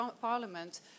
parliament